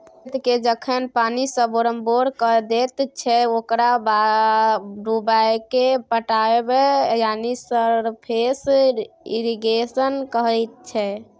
खेतकेँ जखन पानिसँ बोरमबोर कए दैत छै ओकरा डुबाएकेँ पटाएब यानी सरफेस इरिगेशन कहय छै